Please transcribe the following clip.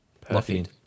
Perfect